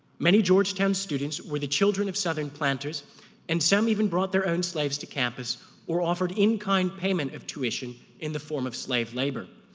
many georgetown students were the children of southern planters and some even brought their own slaves to campus or offered in kind payment of tuition in the form of slave labor.